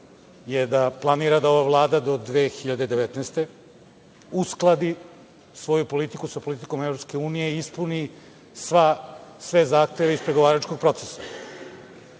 je da planira da ova Vlada do 2019. godine uskladi svoju politiku sa politikom EU i ispuni sve zahteve iz pregovaračkog procesa.